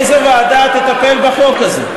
איזו ועדה תטפל בחוק הזה.